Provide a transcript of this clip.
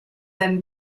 then